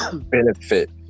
benefit